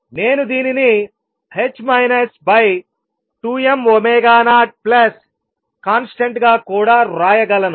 నేను దీనిని n2m0constant గా కూడా వ్రాయగలను